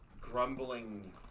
grumbling